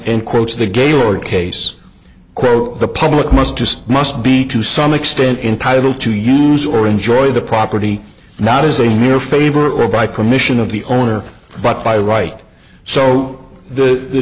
quotes the gaylord case quote the public must just must be to some extent entitle to use or enjoy the property not as a mere favor or by commission of the owner but by right so the